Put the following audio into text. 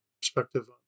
perspective